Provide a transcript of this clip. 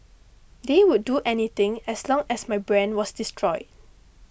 they would do anything as long as my brand was destroyed